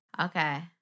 Okay